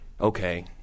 okay